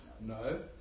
No